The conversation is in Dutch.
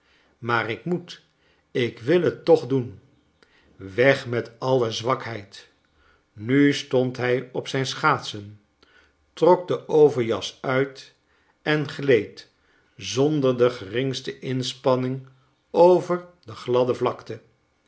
maar ik moet ik wil het toch doen weg met alle zwakheid nu stond hij op zijn schaatsen trok den overjas uit en gleed zonder de geringste inspanning over de gladde vlakte